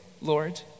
lord